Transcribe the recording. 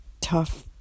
tough